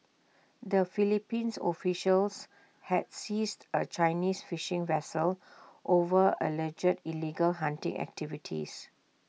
the Philippines officials had seized A Chinese fishing vessel over alleged illegal hunting activities